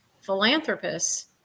philanthropists